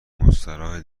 مستراحه